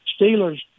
Steelers